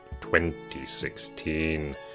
2016